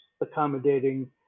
accommodating